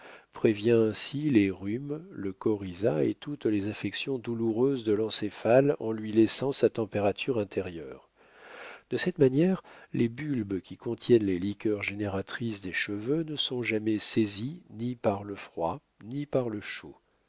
prévient ainsi les rhumes le coryza et toutes les affections douloureuses de l'encéphale en lui laissant sa température intérieure de cette manière les bulbes qui contiennent les liqueurs génératrices des cheveux ne sont jamais saisies ni par le froid ni par le chaud